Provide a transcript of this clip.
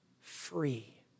free